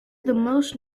most